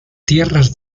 tierras